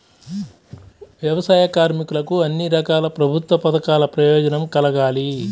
వ్యవసాయ కార్మికులకు అన్ని రకాల ప్రభుత్వ పథకాల ప్రయోజనం కలగాలి